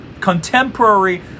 contemporary